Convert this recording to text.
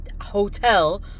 hotel